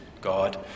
God